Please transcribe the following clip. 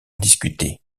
discuter